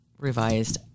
revised